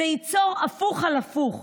זה ייצור הפוך על הפוך.